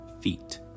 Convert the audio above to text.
feet